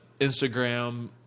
Instagram